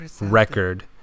Record